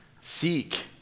Seek